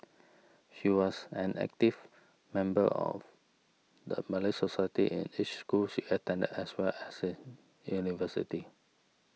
she was an active member of the Malay Society in each school she attended as well as in university